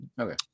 Okay